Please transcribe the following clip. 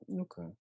Okay